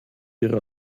ihre